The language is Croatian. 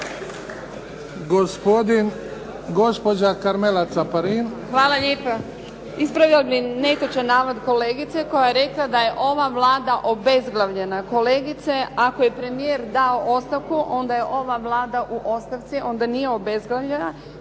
Hvala lijepa. Ispravila bih netočan navod kolegice koja je rekla da je ova Vlada obezglavljena. Kolegice, ako je premijer dao ostavku onda je ova Vlada u ostavci, onda nije obezglavljena